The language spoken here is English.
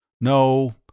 No